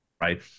right